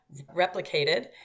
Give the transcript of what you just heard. replicated